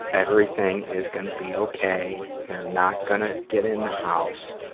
everything is gonna be okay. they're not gonna get in the house,